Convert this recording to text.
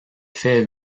fait